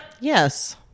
Yes